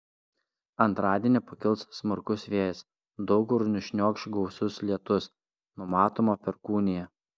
antradienį pakils smarkus vėjas daug kur nušniokš gausus lietus numatoma perkūnija